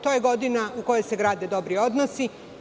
To je godina u kojoj se grade dobri odnosi.